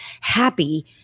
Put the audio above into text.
happy